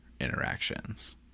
interactions